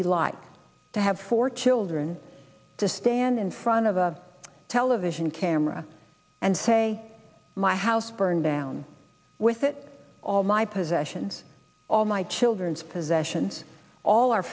be like to have four children to stand in front of a television camera and say my house burned down with it all my possessions all my children's possessions all our